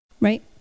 Right